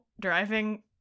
driving